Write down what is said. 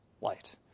light